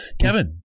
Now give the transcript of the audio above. Kevin